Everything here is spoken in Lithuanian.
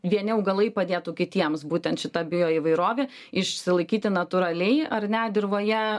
vieni augalai padėtų kitiems būtent šita bio įvairovė išsilaikyti natūraliai ar ne dirvoje